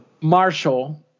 Marshall